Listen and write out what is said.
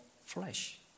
flesh